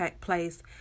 place